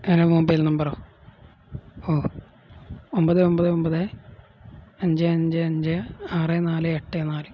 എന്റെ മൊബൈൽ നമ്പറോ ഓഹ് ഒമ്പത് ഒമ്പത് ഒമ്പത് അഞ്ച് അഞ്ച് അഞ്ച് ആറ് നാല് എട്ട് നാല്